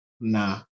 Nah